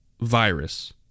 virus